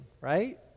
right